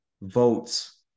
votes